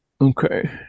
Okay